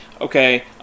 okay